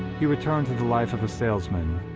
he returned to the life of a salesman,